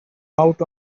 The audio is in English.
out